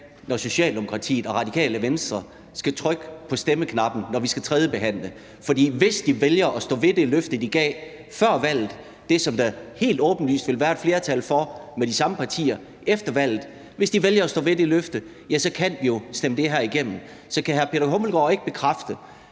når Socialdemokratiet og Radikale Venstre skal trykke på stemmeknappen, når vi skal tredjebehandle forslaget. For hvis de vælger at stå ved det løfte, de gav før valget, og det, som der helt åbenlyst vil være et flertal for med de samme partier efter valget, så kan vi jo stemme det her igennem. Så kan den fungerende